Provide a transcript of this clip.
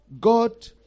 God